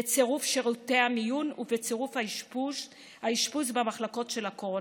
בצירוף שירותי המיון ובצירוף האשפוז במחלקות של הקורונה,